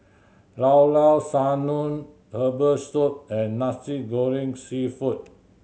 Llao Llao Sanum herbal soup and Nasi Goreng Seafood